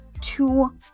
two